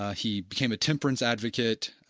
ah he became a temperance advocate.